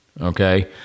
Okay